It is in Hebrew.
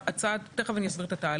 ממשלתית.